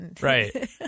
Right